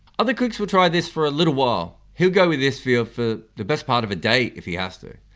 other quicks will try this for a little while, he'll go with this field for the best part of a day if he has to.